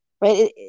right